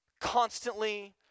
constantly